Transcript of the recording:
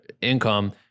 income